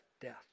death